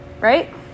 right